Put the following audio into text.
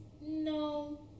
no